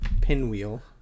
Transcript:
Pinwheel